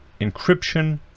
encryption